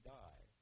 die